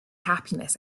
happiness